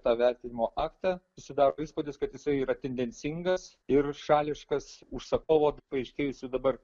tą vertinimo aktą susidaro įspūdis kad jisai yra tendencingas ir šališkas užsakovo paaiškėjusio dabar